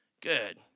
Good